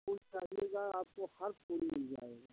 फूल चाहिएगा आपको हर फूल मिल जाएगा